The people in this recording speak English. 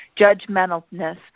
judgmentalness